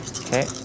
okay